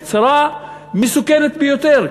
בצורה מסוכנת ביותר.